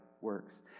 works